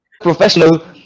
professional